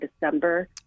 December